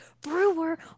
brewer